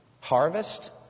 harvest